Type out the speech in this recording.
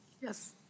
Yes